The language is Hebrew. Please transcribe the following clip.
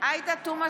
עאידה תומא